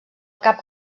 cap